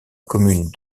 commune